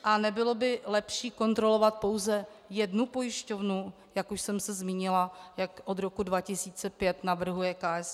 A nebylo by lepší kontrolovat pouze jednu pojišťovnu, jak už jsem se zmínila, jak od roku 2005 navrhuje KSČM?